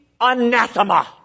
anathema